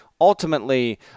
Ultimately